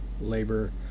labor